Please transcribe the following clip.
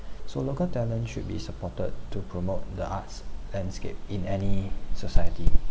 so local talent should be supported to promote the arts landscape in any society